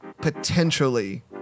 potentially